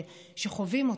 שחווים אותה,